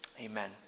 amen